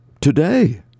today